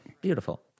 Beautiful